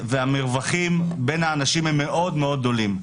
והמרווחים בין האנשים הם מאוד מאוד גדולים.